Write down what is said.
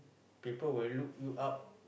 people will look you up